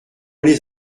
les